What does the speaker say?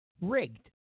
rigged